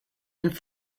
and